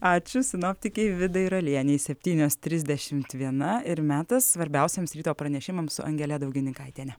ačiū sinoptikė vidai ralienei septynios trisdešim viena ir metas svarbiausiems ryto pranešimams su angele daugininkaitiene